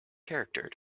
character